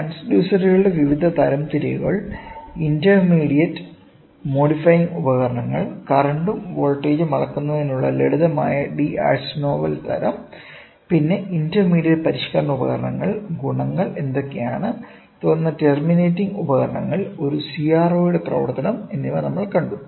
ട്രാൻസ്ഡ്യൂസറുകളുടെ വിവിധ തരംതിരിവുകൾ intermediate modifying ഉപകരണങ്ങൾ കറന്റും വോൾട്ടേജും അളക്കുന്നതിനുള്ള ലളിതമായ ഡി അർസ്നോവൽ തരം D'Arsnoval പിന്നെ ഇന്റർമീഡിയറ്റ് പരിഷ്ക്കരണ ഉപകരണങ്ങളുടെ ഗുണങ്ങൾ എന്തൊക്കെയാണ് തുടർന്ന് ടെർമിനേറ്റിംഗ് ഉപകരണങ്ങൾ ഒരു CRO യുടെ പ്രവർത്തനം നമ്മൾ കണ്ടു